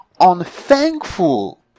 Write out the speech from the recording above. unthankful